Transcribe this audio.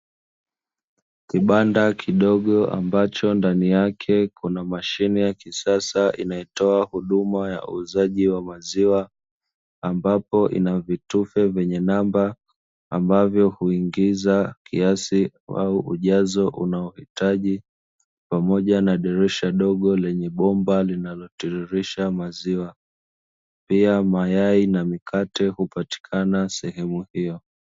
kibanda kidogo ambacho ndani yake kunamashine ya kisasa inayotoa huduma ya uuzaji wa maziwa ambapo inavitufe vyenye namba ambavyo uingiza kiasi au ujazo unaoitaji pamoja na dirisha dogo lenye bomba linalotiririsha maziwa, pia mayai na mkate hupatikana sehemu hiyo.